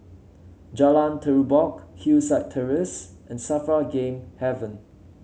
Jalan Terubok Hillside Terrace and Safra Game Haven